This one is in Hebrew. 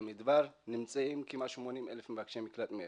במדבר, נמצאים כמעט 80,000 מבקשי מקלט מאריתריאה.